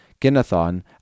Ginnathon